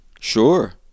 Sure